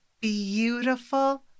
beautiful